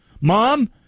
Mom